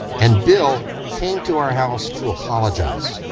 and bill came to our house to apologize,